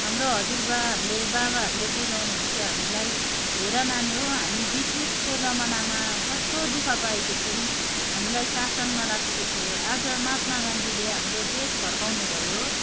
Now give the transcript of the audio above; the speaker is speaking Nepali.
हाम्रो हजुरबाहरूले बाबाहरूले बुझाउनु हुन्थ्यो हामीलाई हेर नानी हो हामी ब्रिटिसको जमानामा कस्तो दुःख पाएको थियौँ हामीलाई शाषणमा राखेको थियो आज महात्मा गान्धीले हाम्रो देश फर्काउनु भयो